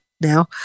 now